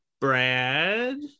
Brad